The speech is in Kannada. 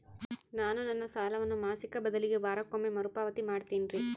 ನಾನು ನನ್ನ ಸಾಲವನ್ನು ಮಾಸಿಕ ಬದಲಿಗೆ ವಾರಕ್ಕೊಮ್ಮೆ ಮರುಪಾವತಿ ಮಾಡ್ತಿನ್ರಿ